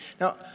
Now